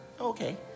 Okay